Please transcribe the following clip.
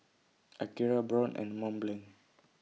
Akira Braun and Mont Blanc